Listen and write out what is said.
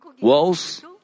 walls